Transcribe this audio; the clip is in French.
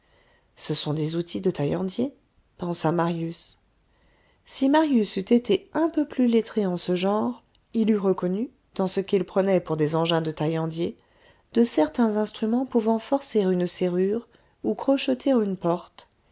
ce sont des outils de taillandier pensa marius si marius eût été un peu plus lettré en ce genre il eût reconnu dans ce qu'il prenait pour des engins de taillandier de certains instruments pouvant forcer une serrure ou crocheter une porte